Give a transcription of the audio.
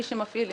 מי שמפעיל,